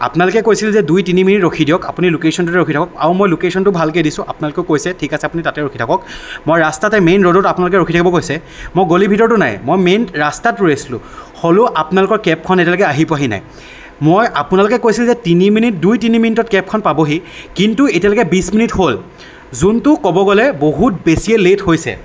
আপোনালোকে কৈছিল যে দুই তিনি মিনিট ৰখি দিয়ক আপুনি ল'কেশ্য়নটোতে ৰখি থাকক আৰু মই ল'কেশ্য়নটোও ভালকৈ দিছোঁ আপোনালোকেও কৈছে ঠিক আছে আপুনি তাতে ৰখি থাকক মই ৰাস্তাতে মেইন ৰ'ডত আপোনালোকে ৰখি থাকিব কৈছে মই গলিৰ ভিতৰতো নাই মই মেইন ৰাস্তাত ৰৈ আছিলোঁ হ'লেও আপোনালোকৰ কেবখন এতিয়ালৈকে আহি পোৱাহি নাই মই আপোনালোকে কৈছে যে তিনি মিনিট দুই তিনি মিনিটত কেবখন পাবহি কিন্তু এতিয়ালৈকে বিশ মিনিট হ'ল যোনটো ক'ব গ'লে বহুত বেছিয়ে লেইট হৈছে